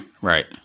right